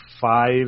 five